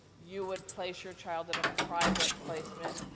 you would place your child in a private placement,